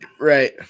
Right